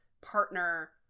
partner